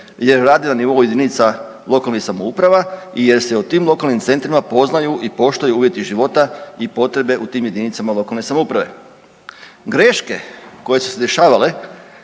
jer radi na nivou jedinica lokalnih samouprava i jer se u tim lokalnim centrima poznaju i poštuju uvjeti života i potrebe u tim jedinicama lokalne samouprave. Greške koje su se dešavale